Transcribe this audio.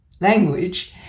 language